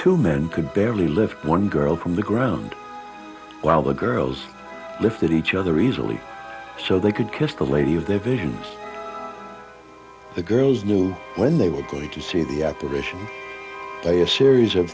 to men could barely lift one girl from the ground while the girls lifted each other easily so they could kiss the lady of their visions the girls knew when they were going to see the operation by a series of